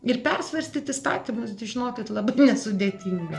ir persvarstyt įstatymus žinokit labai nesudėtinga